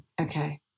Okay